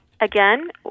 again